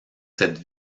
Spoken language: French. cette